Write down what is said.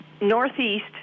northeast